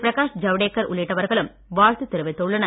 பிரகாஷ் ஜவடேகர் உள்ளிட்டவர்களும் வாழ்த்து தெரிவித்துள்ளனர்